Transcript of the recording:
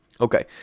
Okay